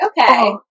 okay